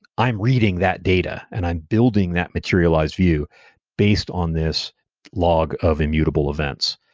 i am reading that data, and i'm building that materialized view based on this log of immutable events.